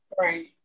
Right